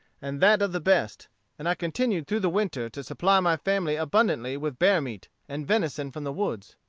and that of the best and i continued through the winter to supply my family abundantly with bear-meat, and venison from the woods.